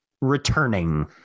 returning